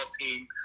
team